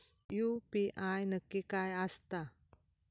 UPI नक्की काय आसता?